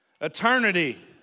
Eternity